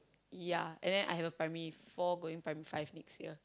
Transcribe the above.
yeah and then I have primary four going primary five next year